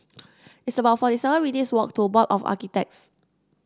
it's about forty seven minutes' walk to Board of Architects